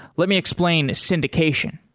let me explain syndication.